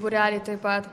būreliai taip pat